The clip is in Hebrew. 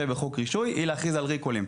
בחוק רישוי היא להכריז על ריקולים,